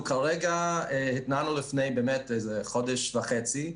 אנחנו התנענו לפני באמת איזה חודש וחצי.